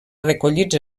recollits